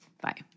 Bye